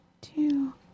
two